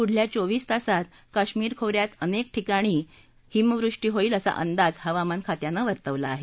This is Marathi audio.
पुढल्या चोवीस तासात काश्मिर खो यात अनेक ठिकाणी हिमवृष्टी होईल असा अंदाज हवामान खात्यानं वर्तवला आहे